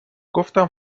گفتم